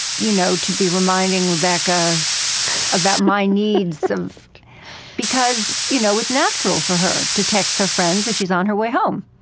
you know, to be reminding rebecca about my needs because, you know, it's natural for her to text her friends that she's on her way home,